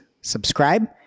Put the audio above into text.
subscribe